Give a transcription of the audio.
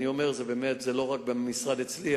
אני אומר שזה לא רק במשרד אצלי,